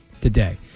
today